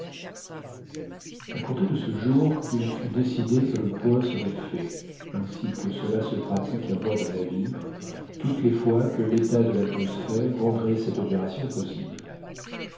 à compter de ce jour il fut décidé que le point serait fait ainsi que cela se pratique à bord d'un navire toutes les fois que l'état de l'atmosphère rendrait cette opération possible